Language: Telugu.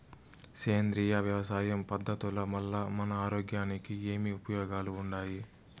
సేంద్రియ వ్యవసాయం పద్ధతుల వల్ల మన ఆరోగ్యానికి ఏమి ఉపయోగాలు వుండాయి?